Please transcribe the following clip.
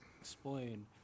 explain